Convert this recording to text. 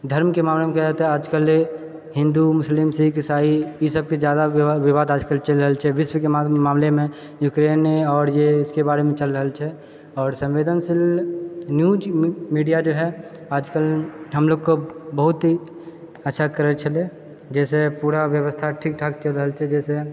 धर्मके मामलेमे कहियौ तऽ आजकल हिन्दू मुस्लिम सिख ईसाइ ई सभके जादा वि विवाद आजकल चलि रहल छै विश्वके मामलेमे युक्रेने आओर जे इसके बारेमे चलि रहल छै आओर सम्वेदनशील न्यूज मी मीडिया जो है आजकल हमलोग को बहुत अच्छा करै छलै जाहिसँ पूरा व्यवस्था ठीक ठाक चलि रहल छै जाहिसँ